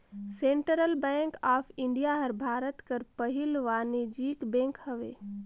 central bank of India हर भारत कर पहिल वानिज्यिक बेंक हवे